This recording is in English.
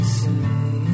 say